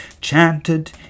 chanted